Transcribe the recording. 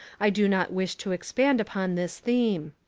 i do not wish to expand upon this theme.